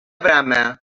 brama